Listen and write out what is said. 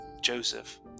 Joseph